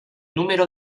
número